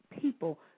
people